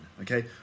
Okay